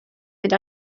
mynd